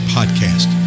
Podcast